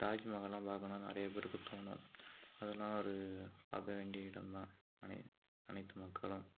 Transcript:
தாஜ்மஹால்லாம் பாக்கணும்னு நிறைய பேருக்கு தோணும் அதெல்லாம் ஒரு பார்க்க வேண்டிய இடம்தான் அனைத்து மக்களும்